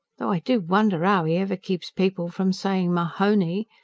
though i do wonder ow e ever keeps people from saying ma-hon-y,